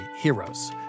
heroes